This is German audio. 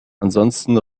ansonsten